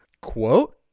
quote